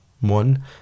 one